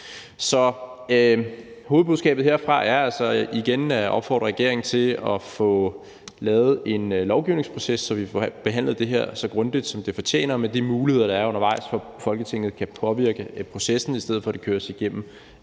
Så hovedbudskabet herfra er altså igen at opfordre regeringen til at få lavet en lovgivningsproces, så vi kan få behandlet det her så grundigt, som det fortjener, med de muligheder, der er undervejs, for, at Folketinget kan påvirke processen, i stedet for at det køres igennem